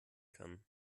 kann